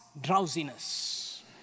drowsiness